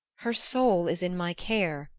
her soul is in my care,